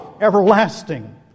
everlasting